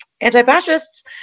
anti-fascists